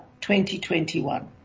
2021